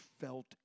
felt